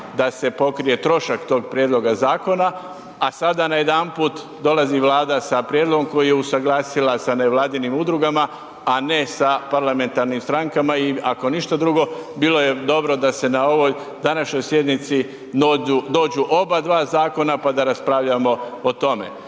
da se pokrije trošak tog prijedloga zakona, a sada najedanput dolazi Vlada sa prijedlogom koji je usuglasila sa nevladinim udrugama, a ne sa parlamentarnim strankama i ako ništa drugo bilo je dobro da se na ovoj današnjoj sjednici dođu, dođu obadva zakona, pa da raspravljamo o tome.